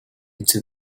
into